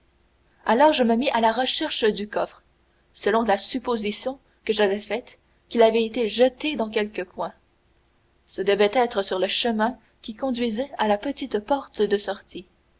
alors je me mis à la recherche du coffre selon la supposition que j'avais faite qu'il avait été jeté dans quelque coin ce devait être sur le chemin qui conduisait à la petite porte de sortie